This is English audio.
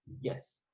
yes